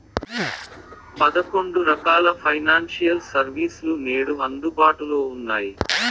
పదకొండు రకాల financial service లు నేడు అందుబాటులో ఉన్నాయి